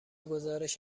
گزارش